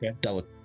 double